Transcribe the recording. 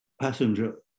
passenger